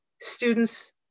students